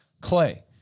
clay